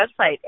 website